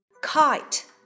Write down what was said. Kite